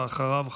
ואחריו,